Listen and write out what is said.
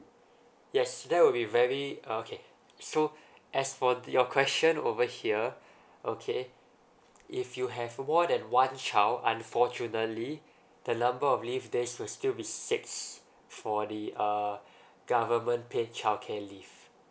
yes that will be very uh okay so as for th~ your question over here okay if you have more than one child unfortunately the number of leave days will still be six for the uh government paid childcare leave